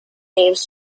names